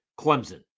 Clemson